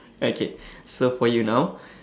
okay so for you now